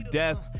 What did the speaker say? death